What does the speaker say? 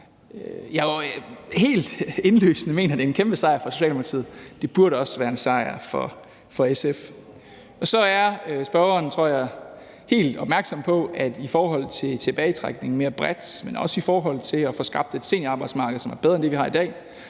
det er helt indlysende, at det er en kæmpe sejr for Socialdemokratiet. Det burde også være en sejr for SF. Så er spørgeren, tror jeg, helt opmærksom på, at i forhold til tilbagetrækning mere bredt, men også i forhold til at få skabt et seniorarbejdsmarked, som er bedre end det, vi har i dag,